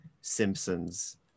Simpsons